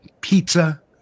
pizza